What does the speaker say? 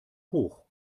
hoch